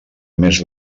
més